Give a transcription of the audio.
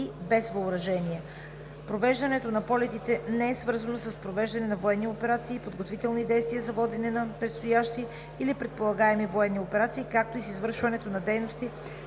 без въоръжение. Провеждането на полетите не е свързано с провеждане на военни операции и подготвителни действия за водене на предстоящи или предполагаеми военни операции, както и с извършването на дейности